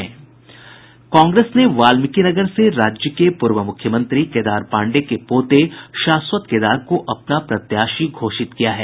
कांग्रेस ने वाल्मीकिनगर से राज्य के पूर्व मूख्यमंत्री केदार पाण्डेय के पोते शाश्वत केदार को अपना प्रत्याशी घोषित किया है